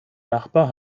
nachbar